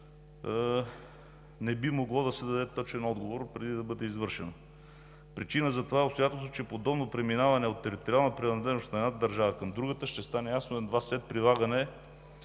не би могло да се даде точен отговор, преди да бъде извършено. Причина за това обстоятелство е, че подобно преминаване от териториална принадлежност на едната държава към другата, ще стане ясно едва след прилагане